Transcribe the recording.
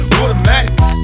automatics